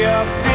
up